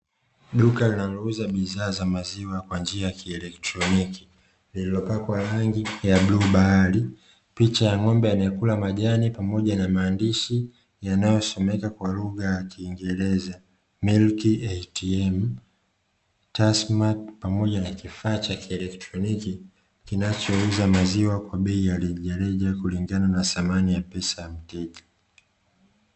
Duka linalouza bidhaa za maziwa kwanjia ya kieletroniki, lililopakwa rangi ya bluu bahari, picha ya ngombe anaekula majani, pamoja na maandishi yanayosomeka kwa lugha ya kingereza "milk ATM tax max" pamoja na kifaa kieletronoki kinachouza maziwa kwa bei ya rejareja kulingana na dhamani ya pesa ya mteja.